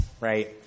right